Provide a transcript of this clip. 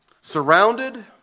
Surrounded